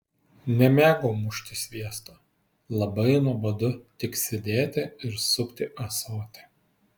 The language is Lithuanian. nemėgau mušti sviesto labai nuobodu tik sėdėti ir supti ąsotį